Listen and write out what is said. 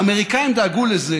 האמריקאים דאגו לזה